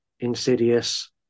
insidious